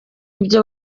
ibyo